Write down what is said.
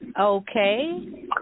Okay